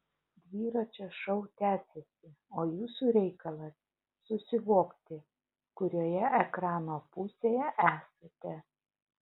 dviračio šou tęsiasi o jūsų reikalas susivokti kurioje ekrano pusėje esate